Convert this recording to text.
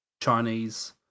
Chinese